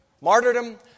Martyrdom